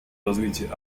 развитии